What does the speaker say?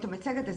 כן.